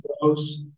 close